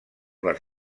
les